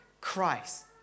Christ